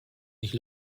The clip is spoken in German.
nicht